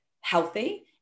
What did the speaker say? healthy